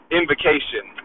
invocation